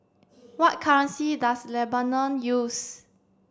what currency does Lebanon use